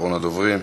אחרון הדוברים.